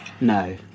No